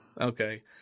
Okay